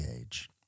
age